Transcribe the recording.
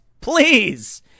please